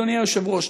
אדוני היושב-ראש,